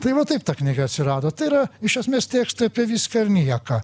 tai va taip ta knyga atsirado tai yra iš esmės tekstai apie viską ir nieko